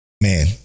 man